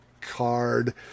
card